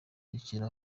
rekera